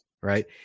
right